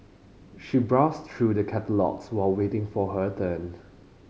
she browsed through the catalogues while waiting for her turn